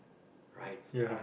right